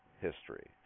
history